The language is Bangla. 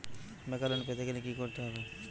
বেকার লোন পেতে গেলে কি করতে হবে?